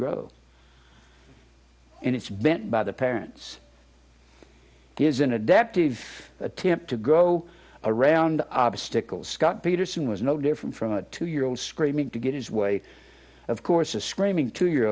grows and it's bent by the parents is an adaptive attempt to go around obstacles scott peterson was no different from a two year old screaming to get his way of course a screaming two year